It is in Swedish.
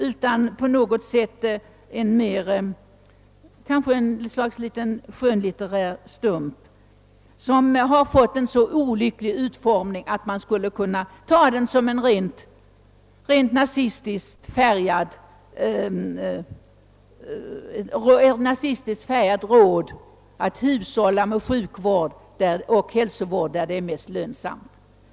Den är kanske något slags skönlitterär stump som fått en så olycklig utformning, att den kan tas som ett rent nazistiskt färgat råd att hushålla med sjukvård och hälsovård och endast ge sådan vård där det är mest lönsamt.